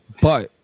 But-